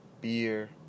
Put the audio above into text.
beer